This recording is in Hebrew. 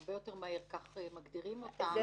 וכך מגדירים אותן,